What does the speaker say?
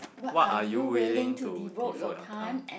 what are you willing to devote your time